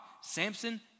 Samson